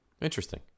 Interesting